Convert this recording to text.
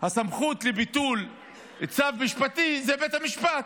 הסמכות לביטול צו משפטי היא בבית המשפט,